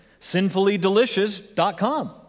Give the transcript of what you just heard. Sinfullydelicious.com